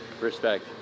respect